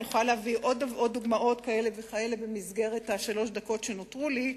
אני יכולה להביא עוד דוגמאות כאלה במסגרת שלוש הדקות שנותרו לי.